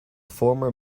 former